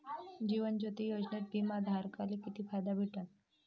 जीवन ज्योती योजनेत बिमा धारकाले किती फायदा भेटन?